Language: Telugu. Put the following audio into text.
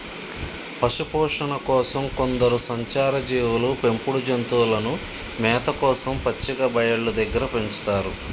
పశుపోషణ కోసం కొందరు సంచార జీవులు పెంపుడు జంతువులను మేత కోసం పచ్చిక బయళ్ళు దగ్గర పెంచుతారు